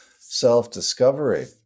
self-discovery